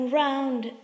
round